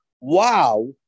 wow